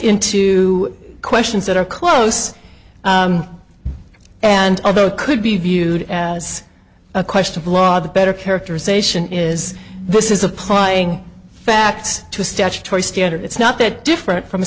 into questions that are close and although could be viewed as a question of law the better characterization is this is applying facts to a statutory standard it's not that different from